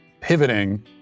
pivoting